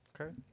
Okay